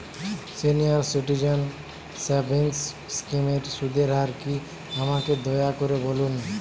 senior citizen savings স্কিমের সুদের হার কী আমাকে দয়া করে বলুন